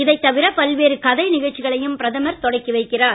இதைத் தவிர பல்வேறு கதை நிகழ்ச்சிகளையும் பிரதமர் தொடக்கி வைக்கிறார்